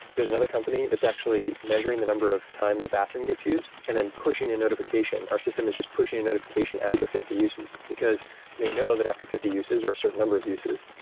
there's another company that's actually measuring the number of times a bathroom gets used and then pushing a notification. our system is just pushing a notification after fifty uses, because they know that after fifty uses or a certain number of uses,